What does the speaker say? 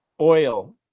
oil